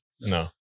no